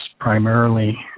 primarily